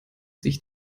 sich